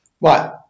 Right